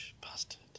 Bastard